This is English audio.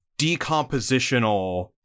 Decompositional